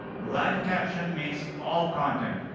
live caption makes all content,